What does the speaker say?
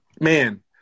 man